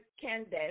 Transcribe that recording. Candace